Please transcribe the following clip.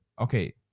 Okay